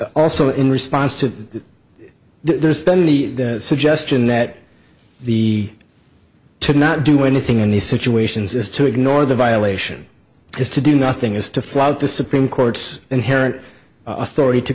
also in response to there's been the suggestion that the to not do anything in these situations is to ignore the violation is to do nothing is to flout the supreme court's inherent authority to